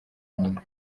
nyina